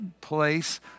place